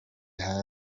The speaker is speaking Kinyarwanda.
hari